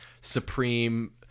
supreme